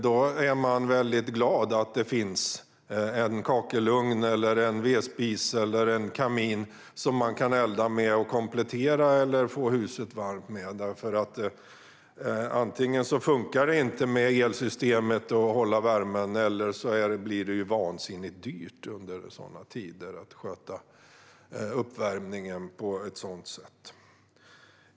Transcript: Då är man glad om det finns en kakelugn, vedspis eller kamin som man kan elda i som man kan få huset varmt med eller komplettera uppvärmningen med. Antingen funkar det inte att hålla värmen med elsystemet, eller så blir det vid sådana tider vansinnigt dyrt att sköta uppvärmningen på ett sådant sätt.